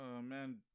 man